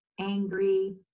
angry